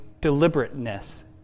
deliberateness